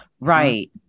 right